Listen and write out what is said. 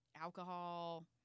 alcohol